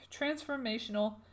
transformational